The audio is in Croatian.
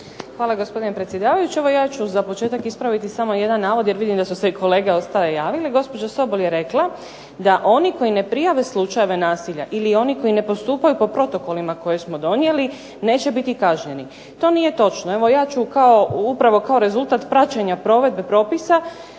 Hvala gospodine predsjedavajući, ja ću za početak ispraviti samo jedan navod, jer vidim da su se i kolege ostali javili. Gospođa Sobol je rekla da oni koji ne prijave slučajeve nasilja ili oni koji ne postupaju po protokolima koje smo donijeli neće biti kažnjeni. To nije točno, ja ću kao upravo kao rezultat praćenja provedbe propisa,